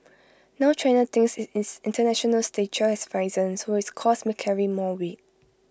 now China thinks its International stature has risen so its calls may carry more weight